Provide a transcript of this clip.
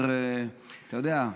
אתה יודע,